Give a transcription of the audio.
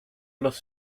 los